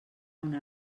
una